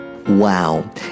Wow